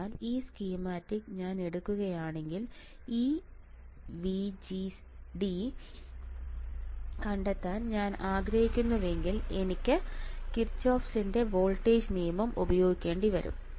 അതിനാൽ ഈ സ്കീമാറ്റിക് ഞാൻ എടുക്കുകയാണെങ്കിൽ ഈ വിജിഡി കണ്ടെത്താൻ ഞാൻ ആഗ്രഹിക്കുന്നുവെങ്കിൽ എനിക്ക് കിർചോഫിന്റെ വോൾട്ടേജ് നിയമം ഉപയോഗിക്കേണ്ടി വരും